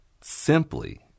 simply